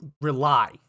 rely